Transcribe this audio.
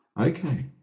Okay